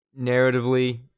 Narratively